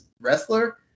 wrestler